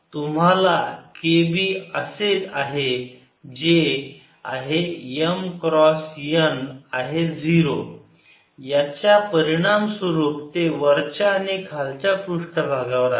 तुम्हाला Kb असे आहे जे आहे M क्रास n आहे 0 याच्या परिणाम स्वरूप ते वरच्या आणि खालच्या पृष्ठभागावर आहे